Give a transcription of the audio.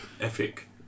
epic